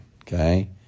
Okay